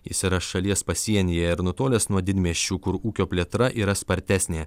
jis yra šalies pasienyje ir nutolęs nuo didmiesčių kur ūkio plėtra yra spartesnė